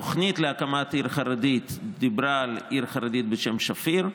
התוכנית להקמת עיר חרדית דיברה על עיר חרדית בשם שפיר,